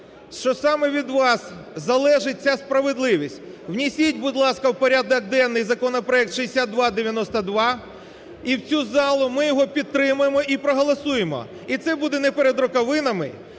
що саме від вас залежить ця справедливість. Внесіть, будь ласка, в порядок денний законопроект 6292 і в цю залу, ми його підтримаємо і проголосуємо. І це буде не перед роковинами,